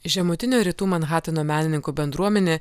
žemutinio rytų manhateno menininkų bendruomenė